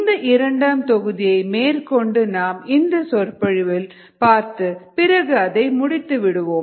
இந்த இரண்டாம் தொகுதியை மேற்கொண்டு நாம் இந்த சொற்பொழிவில் பார்த்து பிறகு அதை முடித்து விடுவோம்